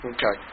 Okay